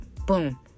boom